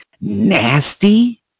nasty